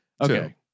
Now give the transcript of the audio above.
Okay